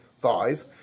thighs